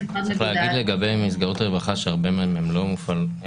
משרד --- צריך להגיד לגבי מסגרות רווחה שהרבה מהם הם לא ממשלתיים.